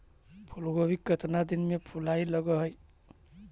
फुलगोभी केतना दिन में फुलाइ लग है?